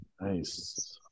Nice